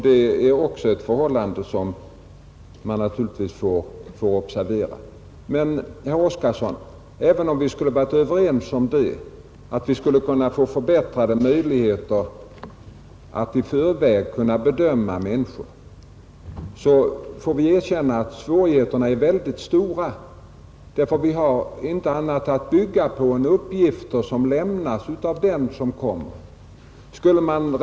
Det är också ett förhållande som skall observeras. Men, herr Oskarson, även om vi försöker förbättra möjligheterna att i förväg bedöma människor som kommer hit, så är svårigheterna ändå oerhört stora. Vi har nämligen inte något annat att bygga på än de uppgifter som lämnats av dem som kommer hit.